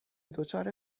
دچار